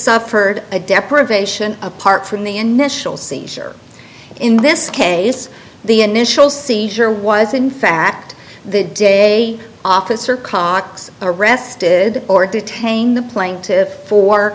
suffered a deprivation apart from the initial seizure in this case the initial seizure was in fact the day officer cox arrested or detained the plaintive for